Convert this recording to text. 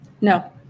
No